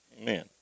Amen